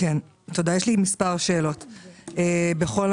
אם היינו